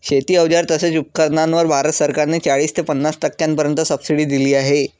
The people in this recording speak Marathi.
शेती अवजार तसेच उपकरणांवर भारत सरकार ने चाळीस ते पन्नास टक्क्यांपर्यंत सबसिडी दिली आहे